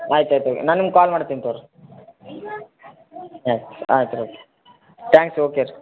ಆಯ್ತು ಆಯ್ತು ನಾನು ನಿಮ್ಗೆ ಕಾಲ್ ಮಾಡ್ತೀನಿ ತೊಗೋಳ್ರಿ ಹಾಂ ಆಯ್ತು ಆಯ್ತು ತ್ಯಾಂಕ್ಸ್ ಓಕೆ ರೀ